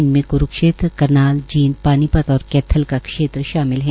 इनमे कुरुक्षेत्र करनाल जींद पानीपत और कैथल का क्षेत्र शामिल है